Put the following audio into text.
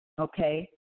okay